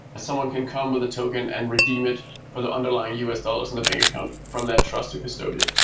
someone can come with token and redeem it for the underlying us dollars in the bank account from that trusted custodian.